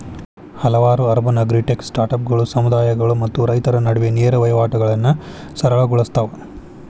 ಹಲವಾರು urban agritech ಸ್ಟಾರ್ಟ್ಅಪ್ಗಳು ಸಮುದಾಯಗಳು ಮತ್ತು ರೈತರ ನಡುವೆ ನೇರ ವಹಿವಾಟುಗಳನ್ನಾ ಸರಳ ಗೊಳ್ಸತಾವ